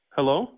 Hello